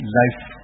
life